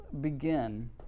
begin